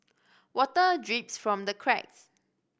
water drips from the cracks